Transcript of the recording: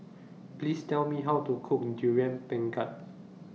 Please Tell Me How to Cook Durian Pengat